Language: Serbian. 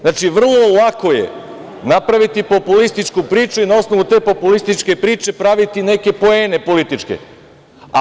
Znači, vrlo lako je napraviti populističku priču i na osnovu te populističke priče praviti neke političke poene.